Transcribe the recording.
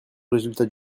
résultat